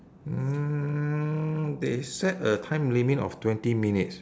mm they set a time limit of twenty minutes